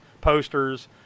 posters